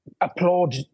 applaud